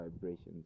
vibrations